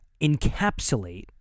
encapsulate